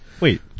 Wait